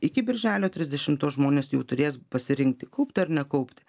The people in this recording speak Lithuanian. iki birželio trisdešimtos žmonės jau turės pasirinkti kaupti ar nekaupti